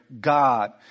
God